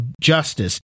justice